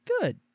good